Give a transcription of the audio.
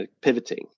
pivoting